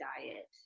diet